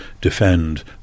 defend